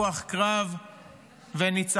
רוח קרב וניצחון.